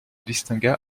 distingua